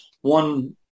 one